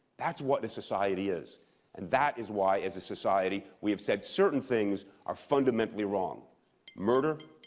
that's what a society is. and that is why, as a society, we've said certain things are fundamentally wrong murder,